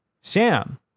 Sam